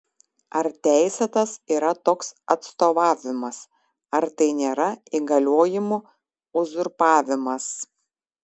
ar teisėtas yra toks atstovavimas ar tai nėra įgaliojimų uzurpavimas